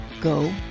Go